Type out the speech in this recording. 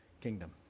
kingdom